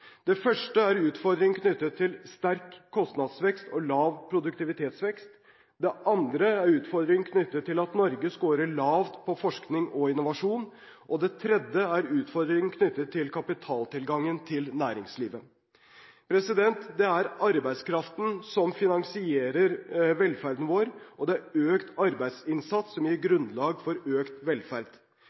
første er utfordringen knyttet til sterk kostnadsvekst og lav produktivitetsvekst. Den andre er utfordringen knyttet til at Norge scorer lavt på forskning og innovasjon. Og den tredje er utfordringen knyttet til kapitaltilgangen til næringslivet. Det er arbeidskraften som finansierer velferden vår, og det er økt arbeidsinnsats som gir grunnlag for økt velferd.